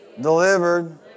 delivered